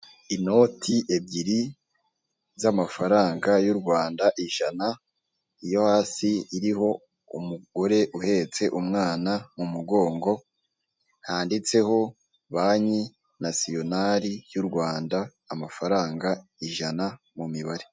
Inoti ebyiri z'amafaranga y u Rwanda ijana, iyo hasi iriho umugore uhetse umwana mu mugongo, handitseho banki nasiyonali y'u Rwanda amafaranga ijana mu mibare.